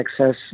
access